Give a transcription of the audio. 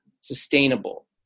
sustainable